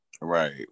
Right